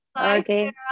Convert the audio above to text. Okay